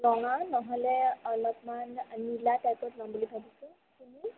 ৰঙা নহ'লে অলপমান নীলা টাইপত ল'ম বুলি ভাবিছোঁ তুমি